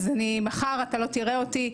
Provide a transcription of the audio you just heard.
אז מחר לא תראה אותי.